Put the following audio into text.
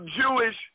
Jewish